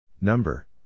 Number